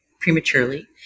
prematurely